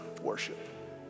worship